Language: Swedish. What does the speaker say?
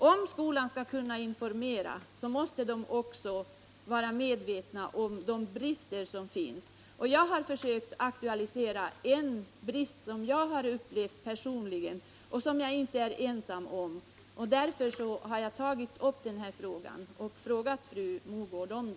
Om skolan skall kunna informera, måste den också vara medveten om bristerna. Jag har försökt att aktualisera en brist som jag personligen har upplevt, men som jag inte är ensam om att ha upplevt. Därför har jag velat ställa den här frågan till fru Mogård.